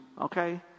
okay